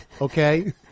Okay